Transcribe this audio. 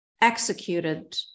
executed